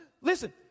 listen